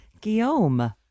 Guillaume